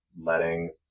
letting